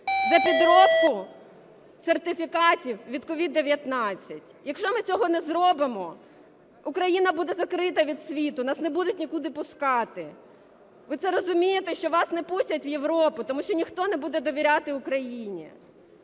за підробку сертифікатів від COVID-19. Якщо ми цього не зробимо, Україна буде закрита від світу, нас не будуть нікуди пускати. Ви це розумієте, що вас не пустять в Європу, тому що ніхто не буде довіряти Україні?